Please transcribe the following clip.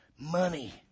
Money